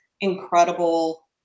incredible